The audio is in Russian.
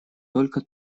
только